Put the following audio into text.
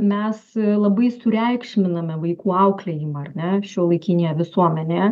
mes labai sureikšminame vaikų auklėjimą ar ne šiuolaikinėje visuomenėe